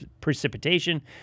precipitation